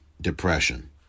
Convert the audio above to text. depression